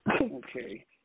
Okay